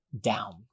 down